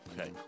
Okay